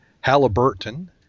Halliburton